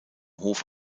hof